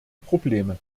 probleme